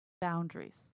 Boundaries